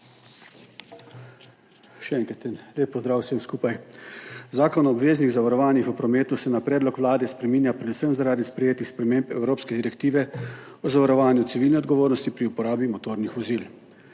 Še enkrat lep pozdrav vsem skupaj! Zakon o obveznih zavarovanjih v prometu se na predlog Vlade spreminja predvsem zaradi sprejetih sprememb evropske direktive o zavarovanju civilne odgovornosti pri uporabi motornih vozil.